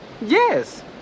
Yes